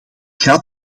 gaat